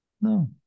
No